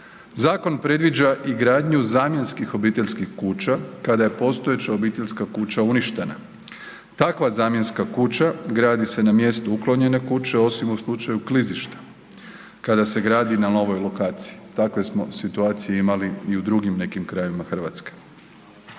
Zakon predviđa i gradnju zamjenskih obiteljskih kuća kada je postojeća obiteljska kuća uništena. Takva zamjenska kuća gradi se na mjestu uklonjene kuće osim u slučaju klizišta kada se gradi na novoj lokaciji, takve smo situacije imali i u drugim nekim krajevima RH.